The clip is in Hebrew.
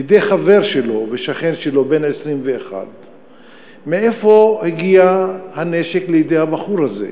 בידי חבר שלו ושכן שלו בן 21. מאיפה הגיע הנשק לידי הבחור הזה?